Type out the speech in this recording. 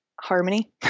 Harmony